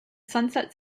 sunset